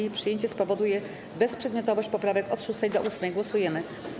Jej przyjęcie spowoduje bezprzedmiotowość poprawek od 6. do 8. Głosujemy.